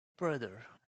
brother